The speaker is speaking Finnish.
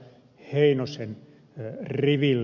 heinosen riville